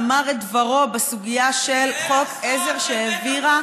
אמר את דברו בסוגיה של חוק עזר שהעבירה,